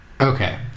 Okay